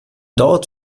dort